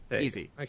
Easy